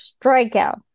strikeout